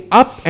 up